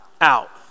out